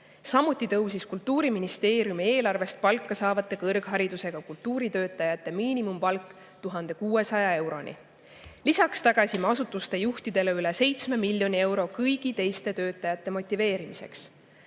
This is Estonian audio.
Samuti tõusis Kultuuriministeeriumi eelarvest palka saavate kõrgharidusega kultuuritöötajate miinimumpalk 1600 euroni. Lisaks tagasime asutuste juhtidele üle 7 miljoni euro kõigi teiste töötajate motiveerimiseks.